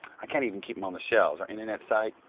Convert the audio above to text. i can't even keep them on the shelves. our internet site,